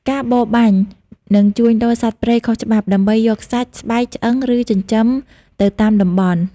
ការបរបាញ់ និងជួញដូរសត្វព្រៃខុសច្បាប់ ដើម្បីយកសាច់ ស្បែក ឆ្អឹង ឬចិញ្ចឹមទៅតាមតំបន់។